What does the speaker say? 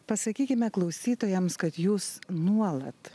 pasakykime klausytojams kad jūs nuolat